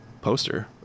Poster